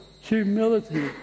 Humility